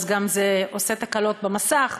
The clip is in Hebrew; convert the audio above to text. אז זה גם עושה תקלות במסך.